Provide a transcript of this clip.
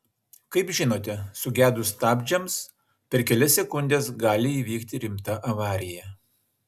kaip žinote sugedus stabdžiams per kelias sekundes gali įvykti rimta avarija